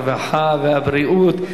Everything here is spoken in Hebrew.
הרווחה והבריאות.